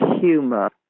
humor